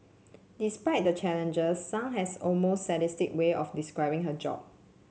despite the challenges Sun has almost sadistic way of describing her job